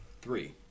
Three